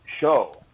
show